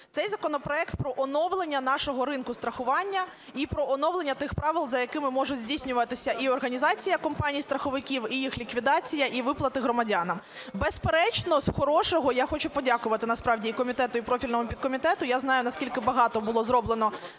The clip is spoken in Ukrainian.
Цей законопроект про оновлення нашого ринку страхування і про оновлення тих правил, за якими можуть здійснюватися і організація компаній страховиків, і їх ліквідація, і виплати громадянам. Безперечно, з хорошого. Я хочу подякувати насправді і комітету, і профільному підкомітету. Я знаю, наскільки багато було зроблено